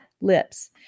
lips